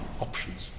options